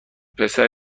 پسر